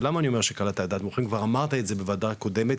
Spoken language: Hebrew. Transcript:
ולמה אומר שקלעת לדעת מומחים כבר אמרת את זה בוועדה קודמת,